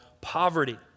poverty